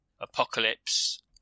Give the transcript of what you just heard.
Apocalypse